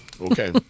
Okay